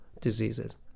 diseases